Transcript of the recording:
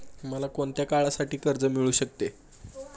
मला कोणत्या काळासाठी कर्ज मिळू शकते?